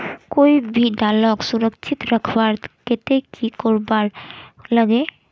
कोई भी दालोक सुरक्षित रखवार केते की करवार लगे?